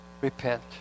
repent